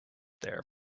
there